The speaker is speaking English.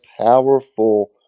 powerful